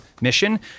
mission